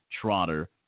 trotter